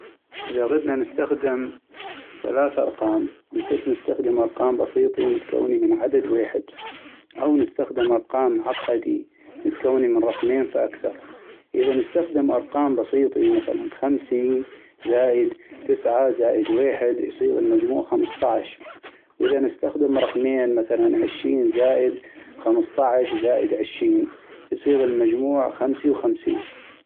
اذا غدنا نستخدم ثلاث ارقام انطيق نستخدم ارقام بسيطي متكوني من عدد ويحد ، او نستخدم ارقام معقدي متكوني من رقمين فأكثر ، اذا نستخدم ارقام بسيطي مثلاً خمسي زائد تسعة زائد ويحد يصيغ المجموع خمسطعش ، واذا نستخدم رقمين مثلاً عشين زائد خمسطعش زائد عشين يصيغ المجموع خمسي وخمسين.